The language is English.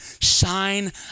shine